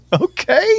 Okay